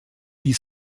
die